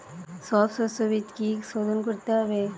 সব শষ্যবীজ কি সোধন করতে হবে?